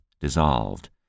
dissolved